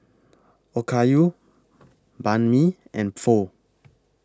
Okayu Banh MI and Pho